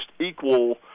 equal